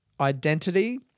identity